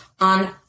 on